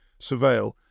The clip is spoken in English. surveil